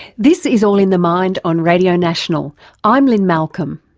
this is all in the mind on radio national i'm lynne malcolm.